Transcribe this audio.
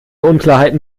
unklarheiten